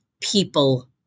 people